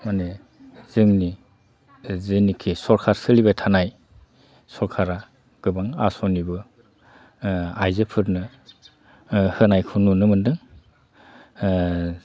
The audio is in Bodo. माने जोंनि जेनाखि सरखार सोलिबाय थानाय सरखारा गोबां आसनिबो आइजोफोरनो होनायखौ नुनो मोनदों